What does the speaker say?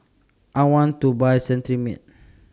I want to Buy Cetrimide